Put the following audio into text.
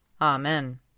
Amen